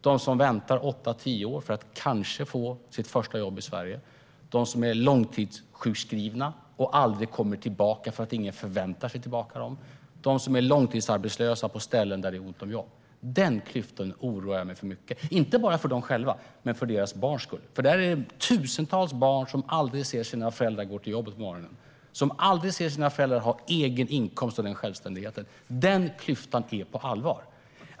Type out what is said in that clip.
De som väntar åtta tio år på att kanske få sitt första jobb i Sverige, de som är långtidssjukskrivna och aldrig kommer tillbaka eftersom ingen förväntar sig det, de som är långtidsarbetslösa på ställen där det är ont om jobb. Den klyftan oroar mig mycket, inte bara när det gäller personerna själva utan för deras barns skull. Det är tusentals barn som aldrig ser sina föräldrar gå till jobbet på morgonen, som aldrig ser sina föräldrar ha en egen inkomst och den självständigheten. Den klyftan är på allvar.